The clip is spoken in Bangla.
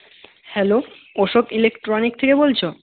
হ্যালো অশোক ইলেকট্রনিক থেকে বলছো